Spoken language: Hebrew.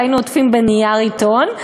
היינו עוטפים בנייר עיתון,